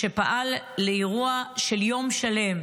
שפעל לאירוע של יום שלם,